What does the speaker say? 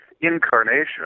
incarnation